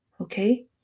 okay